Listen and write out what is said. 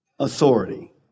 authority